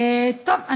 טוב,